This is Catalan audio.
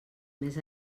més